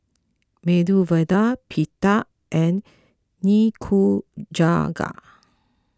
Medu Vada Pita and Nikujaga